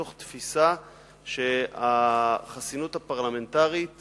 מתוך תפיסה שהחסינות הפרלמנטרית